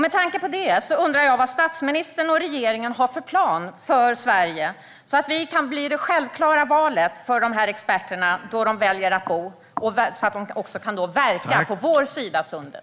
Med tanke på detta undrar jag vad statministern och regeringen har för plan för Sverige så att vi kan bli det självklara valet för dessa experter när de väljer var de ska bo och så att de kan verka på vår sida av sundet.